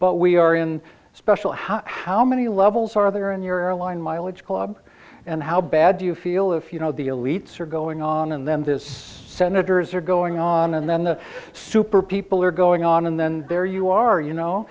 but we are in a special how how many levels are there in your airline mileage club and how bad you feel if you know the elites are going on and then this senators are going on and then the super people are going on and then there you are you know